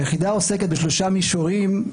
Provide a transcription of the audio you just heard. היחידה עוסקת בשלושה מישורים,